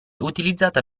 utilizzata